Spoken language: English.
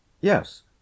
Yes